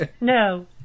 No